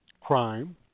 crime